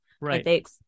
Right